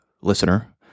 listener